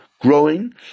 growing